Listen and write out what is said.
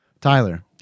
Tyler